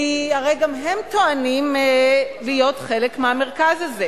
כי הרי גם הם טוענים להיות חלק מהמרכז הזה,